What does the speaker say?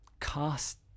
cast